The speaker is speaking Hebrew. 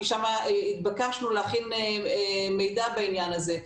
כי שם התבקשנו להכין מידע בעניין הזה.